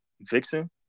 vixen